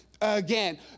again